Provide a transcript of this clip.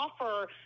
offer